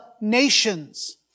nations